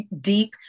deep